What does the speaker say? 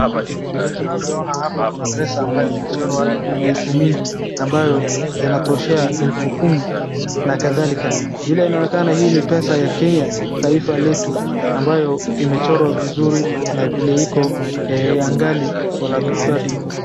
Vile tunavyoona hapo kuna pesa ambayo imechorwa maelfu mingi ambayo zinatoshea elfu kumi na kadhalika. Vile inaonekana hii ni pesa ya Kenya taifa letu ambayo imechorwa vizuri na vile iko angali wala hatupati.